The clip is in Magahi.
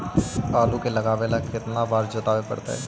आलू के लगाने ल के बारे जोताबे पड़तै?